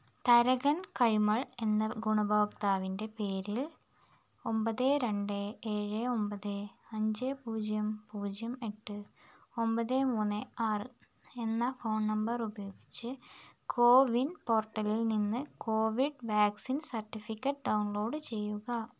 തരകൻ കൈമൾ എന്ന ഗുണഭോക്താവിൻ്റെ പേരിൽ ഒമ്പത് രണ്ട് ഏഴ് ഒമ്പത് അഞ്ച് പൂജ്യം പൂജ്യം എട്ട് ഒമ്പത് മൂന്ന് ആറ് എന്ന ഫോൺ നമ്പർ ഉപയോഗിച്ച് കോവിൻ പോർട്ടലിൽ നിന്ന് കോവിഡ് വാക്സിൻ സർട്ടിഫിക്കറ്റ് ഡൗൺലോഡ് ചെയ്യുക